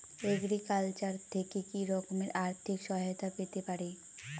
Agriculture থেকে কি রকম আর্থিক সহায়তা পেতে পারি?